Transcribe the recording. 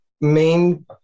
main